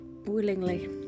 willingly